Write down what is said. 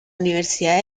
universidad